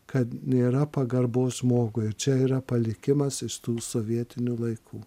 kad nėra pagarbos žmogui čia yra palikimas iš tų sovietinių laikų